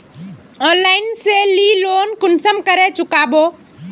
Online से ती loan कुंसम करे चुकाबो?